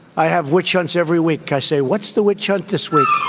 i have witch hunts every week. i say what's the witch hunt this week.